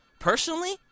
Personally